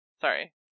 Sorry